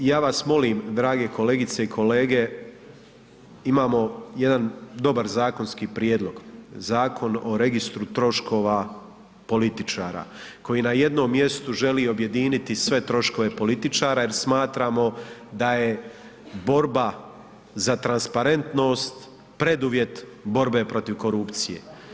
Za kraj, ja vas molim drage kolegice i kolege imamo jedan dobar zakonski prijedlog, Zakon o registru troškova političara koji na jednom mjestu želi objediniti sve troškove političara jer smatramo da je borba za transparentnost preduvjet borbe protiv korupcije.